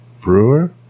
Brewer